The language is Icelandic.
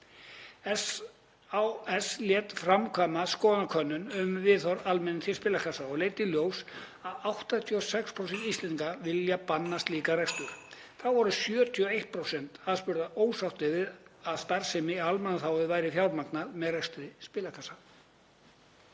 SÁS létu framkvæma skoðanakönnun um viðhorf almennings til spilakassa og leiddi hún í ljós að um 86% Íslendinga vilja banna slíkan rekstur. Þá voru 71% aðspurðra ósátt við að starfsemi í almannaþágu væri fjármögnuð með rekstri spilakassa.